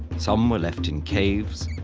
some were left in caves,